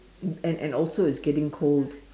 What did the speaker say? and and also it's getting cold